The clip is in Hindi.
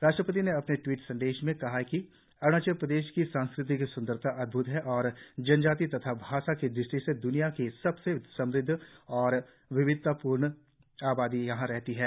राष्ट्रपति ने अपने ट्वीट संदेशों में अरूणाचल प्रदेश की प्राकृतिक संदरता अद्भुत है और जनजाति तथा भाषा की दृष्टि से द्रनिया की सबसे समृद्ध और विविधतापूर्ण आबादी यहीं रहती है